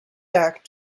back